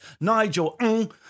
Nigel